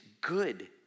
good